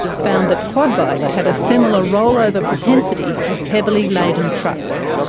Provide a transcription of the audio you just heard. found that quad bikes had a similar rollover propensity as heavily laden trucks.